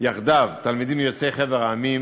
יחדיו תלמידים יוצאי חבר המדינות,